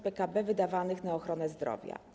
PKB wydawanych na ochronę zdrowia.